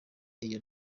iyo